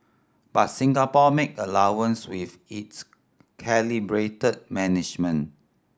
but Singapore make allowance with its calibrated management